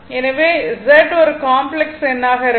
எனவே ஒரு காம்ப்ளக்ஸ் எண்ணாக இருக்கும்